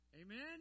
Amen